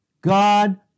God